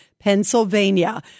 Pennsylvania